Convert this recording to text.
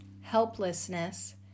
helplessness